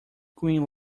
queen